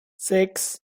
sechs